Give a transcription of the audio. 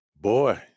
boy